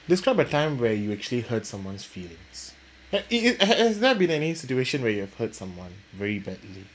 describe a time where you actually hurt someone's feelings eh you you has there been any situation where you have hurt someone very badly